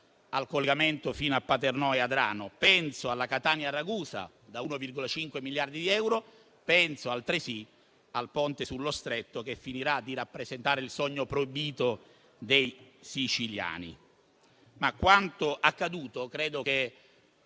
altresì fino a Paternò e a Adrano; penso alla Catania-Ragusa da 1,5 miliardi di euro; penso altresì al Ponte sullo Stretto, che finirà di rappresentare il sogno proibito dei siciliani. Quanto accaduto credo